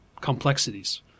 complexities